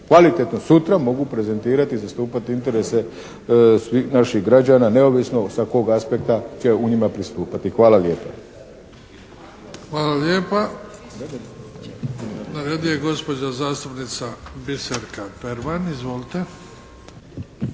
kvalitetno sutra mogu prezentirati, zastupati interese svih naših građana neovisno od svakog aspekta će u njima pristupati. Hvala lijepo. **Bebić, Luka (HDZ)** Hvala lijepa. Na redu je gospođa zastupnica Biserka Perman. Izvolite.